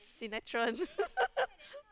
sinetron